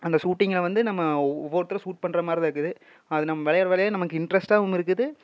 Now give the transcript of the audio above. அந்த ஷூட்டிங்கில் வந்து நம்ம ஒவ்வொருத்தரும் ஷூட் பண்ணுற மாதிரிதான் இருக்குது அது நம்ம விளையாட விளையாட நமக்கு இன்ட்ரஸ்ட்டாகவும் இருக்குது